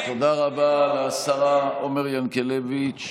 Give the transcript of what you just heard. תודה רבה לשרה עומר ינקלביץ',